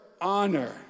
honor